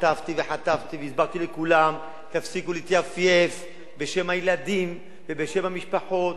חטפתי וחטפתי והסברתי לכולם: תפסיקו להתייפייף בשם הילדים ובשם המשפחות.